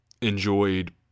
Enjoyed